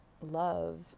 love